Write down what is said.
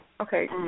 Okay